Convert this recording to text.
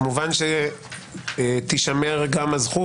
כמובן שתישמר גם הזכות,